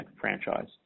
franchise